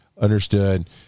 Understood